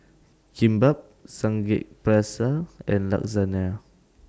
Kimbap Samgyeopsal and Lasagna